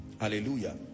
Hallelujah